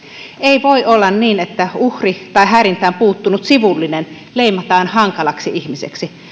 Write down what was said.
ei voi olla niin että uhri tai häirintään puuttunut sivullinen leimataan hankalaksi ihmiseksi